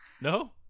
No